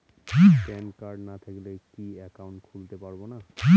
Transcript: Pan card না থাকলে কি একাউন্ট খুলতে পারবো না?